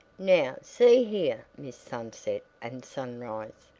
now, see here, miss sunset and sunrise,